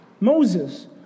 Moses